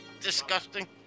disgusting